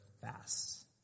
fast